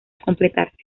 completarse